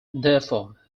therefore